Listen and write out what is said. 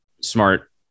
smart